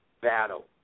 battle